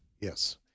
yes